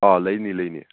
ꯑꯥ ꯂꯩꯅꯤ ꯂꯩꯅꯤ